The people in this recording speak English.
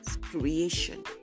creation